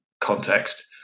context